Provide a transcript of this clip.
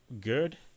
good